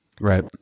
Right